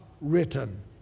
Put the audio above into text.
written